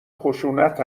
خشونت